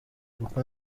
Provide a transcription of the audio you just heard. kuko